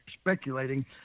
speculating